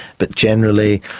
but generally,